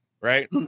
right